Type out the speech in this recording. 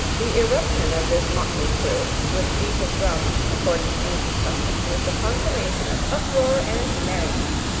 the irruption of this motley crew, with beat of drum, according to ancient custom, was the consummation of uproar and merriment.